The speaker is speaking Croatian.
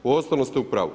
U ostalom ste upravu.